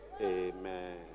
Amen